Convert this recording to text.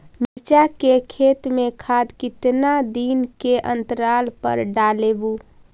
मिरचा के खेत मे खाद कितना दीन के अनतराल पर डालेबु?